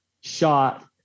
shot